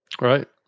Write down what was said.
right